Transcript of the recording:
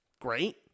Great